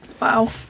Wow